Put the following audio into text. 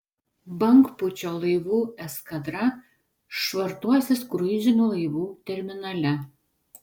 bangpūčio laivų eskadra švartuosis kruizinių laivų terminale